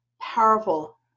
powerful